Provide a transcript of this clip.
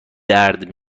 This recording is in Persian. درد